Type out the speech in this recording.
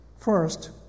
first